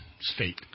state